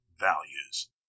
values